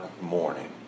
morning